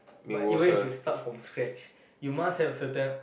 but even if you start from scratch you must have a certain